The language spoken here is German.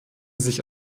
sich